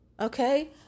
Okay